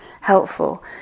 helpful